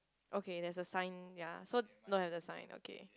okay there is a sign ya so don't have the sign okay